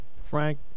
Frank